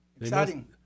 Exciting